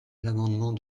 l’amendement